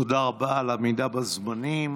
תודה רבה על העמידה בזמנים.